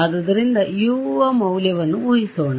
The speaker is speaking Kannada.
ಆದ್ದರಿಂದ U ಯ ಮೌಲ್ಯವನ್ನು ಊಹಿಸೋಣ